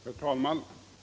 Herr talman!